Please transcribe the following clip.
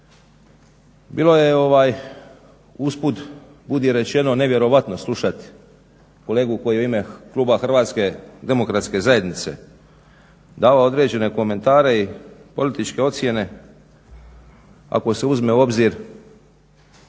Bilo je usput budi rečeno nevjerojatno slušati kolegu koji je u ime kluba HDZ-a davao određene komentare i političke ocjene ako se uzme u obzir